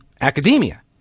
academia